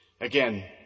again